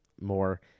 more